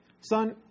Son